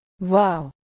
Wow